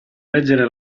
leggere